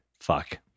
fuck